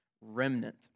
remnant